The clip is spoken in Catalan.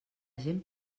gent